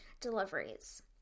deliveries